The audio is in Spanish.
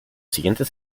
siguientes